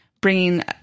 bringing